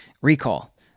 recall